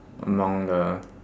among the